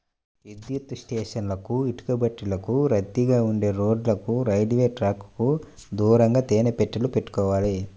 విద్యుత్ స్టేషన్లకు, ఇటుకబట్టీలకు, రద్దీగా ఉండే రోడ్లకు, రైల్వే ట్రాకుకు దూరంగా తేనె పెట్టెలు పెట్టుకోవాలి